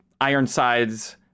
Ironsides